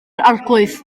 arglwydd